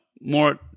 more